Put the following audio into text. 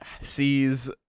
Sees